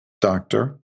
doctor